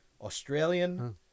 Australian